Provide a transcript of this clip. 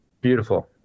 Beautiful